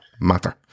matter